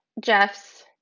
Jeff's